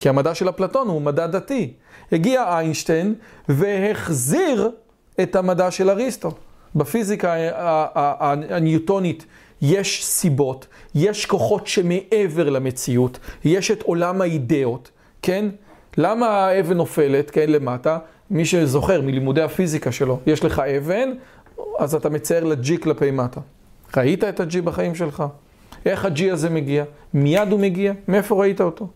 כי המדע של אפלטון הוא מדע דתי. הגיע אינשטיין והחזיר את המדע של אריסטו. בפיזיקה הניוטונית יש סיבות, יש כוחות שמעבר למציאות, יש את עולם האידאות, כן? למה האבן נופלת למטה? מי שזוכר מלימודי הפיזיקה שלו, יש לך אבן, אז אתה מצייר לג'י כלפי מטה. ראית את הג'י בחיים שלך? איך הג'י הזה מגיע? מיד הוא מגיע? מאיפה ראית אותו?